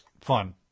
fun